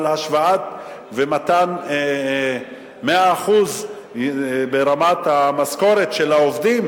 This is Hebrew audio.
השוואת ומתן 100% ברמת המשכורת של העובדים,